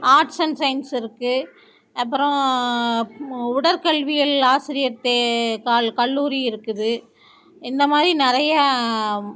arts and science இருக்கு அப்புறம் உடற்கல்விகள் ஆசிரியர் தே கால் கல்லூரி இருக்குது இந்த மாதிரி நிறையா